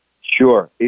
Sure